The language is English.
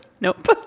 nope